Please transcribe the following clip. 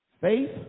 Faith